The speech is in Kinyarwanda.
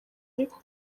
ariko